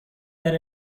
that